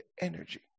energy